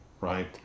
right